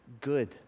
good